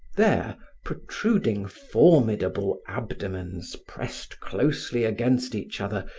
there, protruding formidable abdomens pressed closely against each other,